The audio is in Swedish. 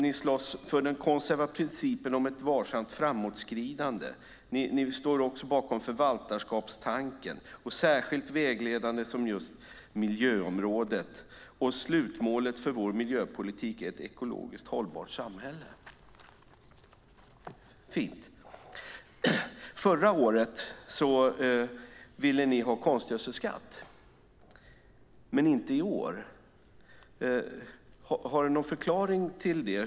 Ni slåss för "den konservativa principen om ett varsamt framåtskridande". Ni står också bakom förvaltarskapstanken som "särskilt vägledande inom just miljöområdet" och säger: "Slutmålet för vår miljöpolitik är ett ekologiskt hållbart samhälle." Fint! Förra året ville ni ha konstgödselskatt, men det vill ni inte i år. Har du någon förklaring till det?